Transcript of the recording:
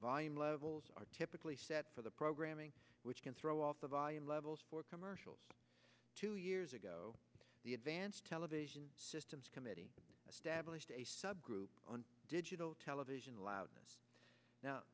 volume levels are typically set for the programming which can throw up the volume levels for commercials two years ago the advance television systems committee established a subgroup on digital television allowed now